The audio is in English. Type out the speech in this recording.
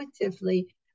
intuitively